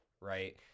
right